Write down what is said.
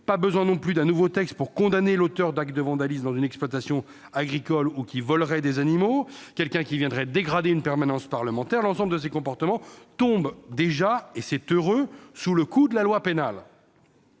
Nul besoin non plus d'un nouveau texte pour condamner l'auteur d'actes de vandalisme dans une exploitation agricole ou de vols d'animaux, ou celui qui viendrait dégrader une permanence parlementaire. L'ensemble de ces comportements tombe déjà, et c'est heureux, sous le coup de la loi pénale.